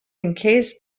encased